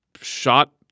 shot